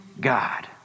God